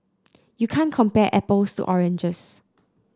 you can't compare apples to oranges